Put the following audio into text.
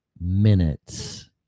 minutes